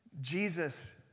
Jesus